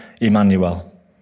Emmanuel